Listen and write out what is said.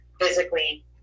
physically